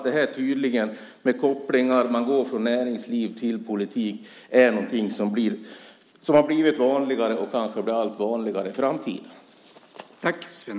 Det här med kopplingar där man går från näringsliv till politik är tydligen någonting som har blivit vanligare, och det blir kanske allt vanligare i framtiden.